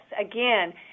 Again